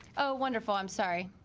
oh wonderful i'm sorry